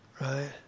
right